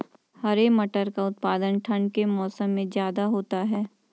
हरे मटर का उत्पादन ठंड के मौसम में ज्यादा होता है